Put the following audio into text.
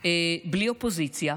בלי אופוזיציה,